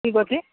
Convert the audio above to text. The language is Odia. ଠିକ ଅଛି